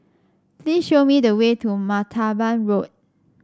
please show me the way to Martaban Road